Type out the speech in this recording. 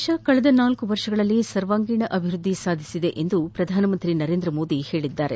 ದೇಶ ಕಳೆದ ನಾಲ್ಕು ವರ್ಷಗಳಲ್ಲಿ ಸರ್ವಾಂಗೀಣ ಅಭಿವ್ವದ್ದಿ ಸಾಧಿಸಿದೆ ಎಂದು ಪ್ರಧಾನಮಂತ್ರಿ ನರೇಂದ್ರ ಮೋದಿ ಹೇಳಿದ್ದಾರೆ